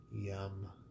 yum